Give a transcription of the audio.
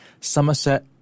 Somerset